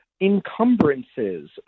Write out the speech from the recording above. encumbrances